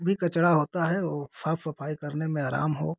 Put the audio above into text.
भी कचरा होता है और साफ़ सफ़ाई करने में आराम हो